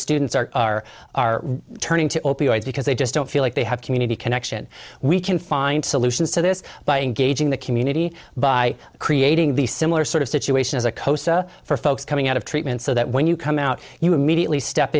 students are are are turning to opioids because they just don't feel like they have community connection we can find solutions to this by engaging the community by creating the similar sort of situation as a cosa for folks coming out of treatment so that when you come out you immediately step